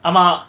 ஆமா:aama